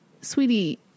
sweetie